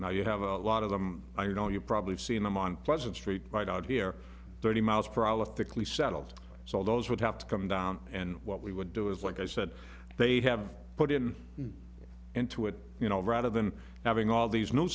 now you have a lot of them i don't you've probably seen them on pleasant street right out thirty miles per hour thickly settled so those would have to come down and what we would do is like i said they have put in into it you know rather than having all these n